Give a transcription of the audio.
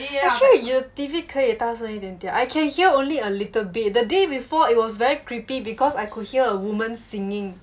actually 你的 T_V 可以大声一点点 I can hear only a little bit the day before it was very creepy because I could hear a woman singing